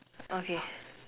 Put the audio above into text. okay